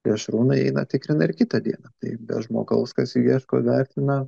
plėšrūnai eina tikrina ir kitą dieną tai be žmogaus kas jų ieško vertina